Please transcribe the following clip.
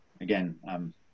Again